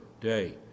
day